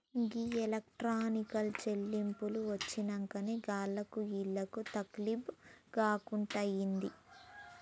గీ electronic చెల్లింపులు వచ్చినంకనే ఆళ్లకు ఈళ్లకు తకిలీబ్ గాకుంటయింది